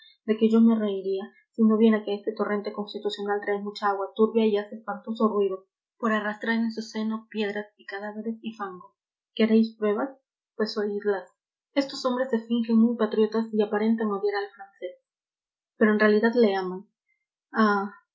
de que yo me reiría si no viera que este torrente constitucional trae mucha agua turbia y hace espantoso ruido por arrastrar en su seno piedras y cadáveres y fango queréis pruebas pues oídlas estos hombres se fingen muy patriotas y aparentan odiar al francés pero en realidad le aman ah